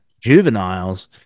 juveniles